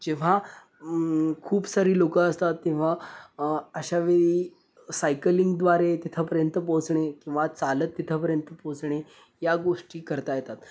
जेव्हा खूप सारी लोकं असतात तेव्हा अशावेळी सायकलिंगद्वारे तिथपर्यंत पोचणे किंवा चालत तिथंपर्यंत पोचणे या गोष्टी करता येतात